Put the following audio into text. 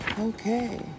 okay